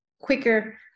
quicker